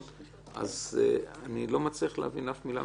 אז אני לא מצליח להבין אף מילה